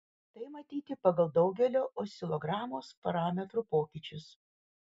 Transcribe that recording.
tai matyti pagal daugelio oscilogramos parametrų pokyčius